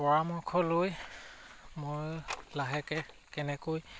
পৰামৰ্শ লৈ মই লাহেকে কেনেকৈ